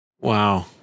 Wow